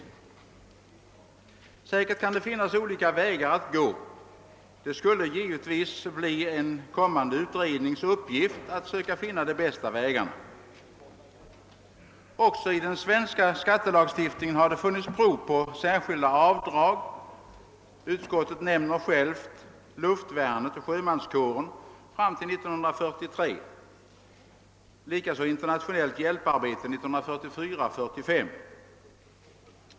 Säkert kan det finnas olika vägar att gå. Det skulle givetvis bli en kommande utrednings uppgift att försöka finna de bästa vägarna. Också i den svenska skattelagstiftningen har det funnits prov på särskilda avdrag — utskottet nämner självt luftvärnet och sjövärnskåren fram till 1943 och internationellt hjälparbete åren 1944 och 1945.